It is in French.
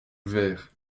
verre